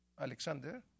Alexander